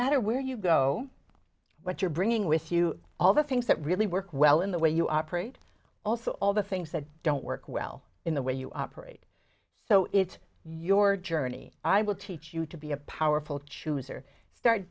matter where you go what you're bringing with you all the things that really work well in the way you operate also all the things that don't work well in the way you operate so it's your journey i will teach you to be a powerful chooser start